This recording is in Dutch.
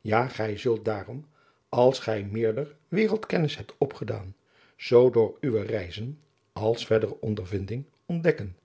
ja gij zult daarom als gij meerder wereldkennis hebt opgedaan zoo door uwe reizen als verdere ondervinding ontdekken